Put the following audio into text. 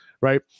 right